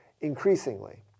increasingly